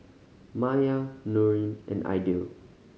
Maya Nurin and Aidil